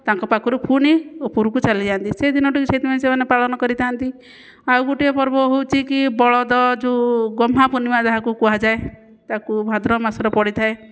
ତାଙ୍କ ପାଖରୁ ପୁଣି ଉପରକୁ ଚାଲିଯାନ୍ତି ସେଦିନଠାରୁ ସେଇଥିପାଇଁ ସେମାନେ ପାଳନ କରିଥାନ୍ତି ଆଉ ଗୋଟିଏ ପର୍ବ ହେଉଛି କି ବଳଦ ଯେଉଁ ଗହ୍ମାପୂର୍ଣ୍ଣିମା ଯାହାକୁ କୁହାଯାଏ ତାକୁ ଭାଦ୍ରବ ମାସରେ ପଡ଼ିଥାଏ